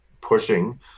pushing